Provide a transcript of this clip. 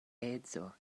edzo